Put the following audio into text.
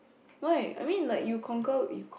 why I mean like you conquer with